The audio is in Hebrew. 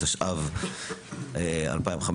התשע"ו-2015.